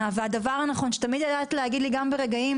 ועל הדבר הנכון שתמיד ידעת להגיד לי גם ברגעים